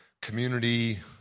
community